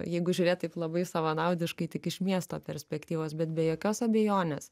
jeigu žiūrėt taip labai savanaudiškai tik iš miesto perspektyvos bet be jokios abejonės